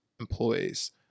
employees